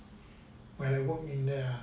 when I work in there ah